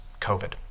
COVID